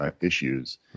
issues